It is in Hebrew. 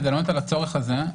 כדי לענות על הצורך הזה,